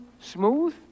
smooth